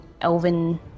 elven